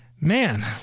man